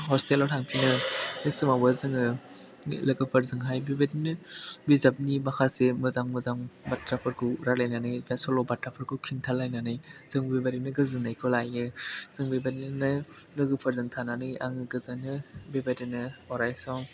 हस्टेलाव थांफिनो बे समावबो जोङो लोगोफोरजों बेबायदिनो बिजाबनि माखासे मोजां मोजां बाथ्राफोरखौ रायज्लायनानै एबा सल'बाथाफोरखौ खिन्थालायनानै जों बेबायदिनो गोजोननायखौ लायो जों बेबायदिनो लोगोफोरजों थानानै आं गोजोनो बेबायदिनो अरायस'म